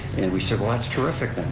and we said, well, that's terrific.